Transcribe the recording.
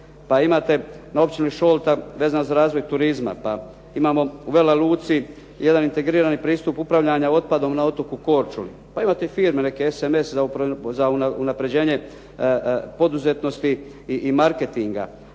pa imate na općini Šolta vezano za razvoj turizma, pa imamo u Vela Luci jedan integrirani pristup upravljanja otpadom na otoku Korčuli. Pa imate firme neke SMS za unaprjeđenje poduzetnosti i marketinga,